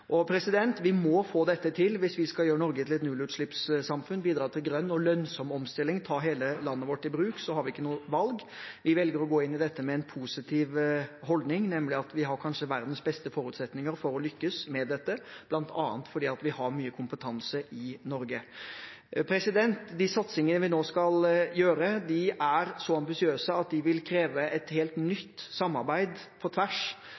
Vi må få dette til hvis vi skal gjøre Norge til et nullutslippssamfunn, bidra til grønn og lønnsom omstilling og ta hele landet vårt i bruk – vi har ikke noe valg. Vi velger å gå inn i dette med en positiv holdning, nemlig at vi har kanskje verdens beste forutsetninger for å lykkes med dette, bl.a. fordi vi har mye kompetanse i Norge. De satsingene vi nå skal gjøre, er så ambisiøse at de vil kreve et helt nytt samarbeid på tvers,